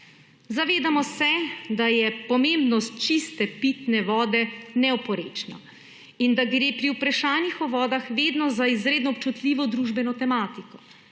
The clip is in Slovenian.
Zavedamo se, da je pomembnost čiste pitne vode neoporečna in da gre pri vprašanjih o vodah vedno za izredno občutljivo družbeno tematiko.